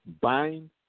Bind